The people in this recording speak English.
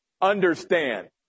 understand